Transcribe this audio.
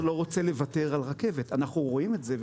אף ראש עיר לא רוצה לוותר על רכבת; אנחנו רואים את זה,